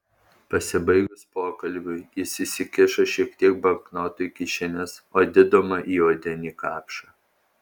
pasibaigus pokalbiui jis įsikišo šiek tiek banknotų į kišenes o didumą į odinį kapšą